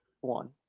one